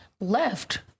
left